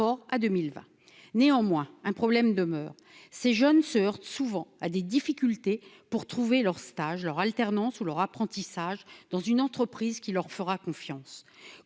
à 2020. Néanmoins, un problème demeure : ces jeunes se heurtent souvent à des difficultés pour trouver leur stage, leur alternance ou leur apprentissage dans une entreprise qui leur fera confiance.